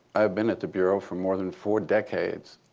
i've been at the bureau for more than four decades.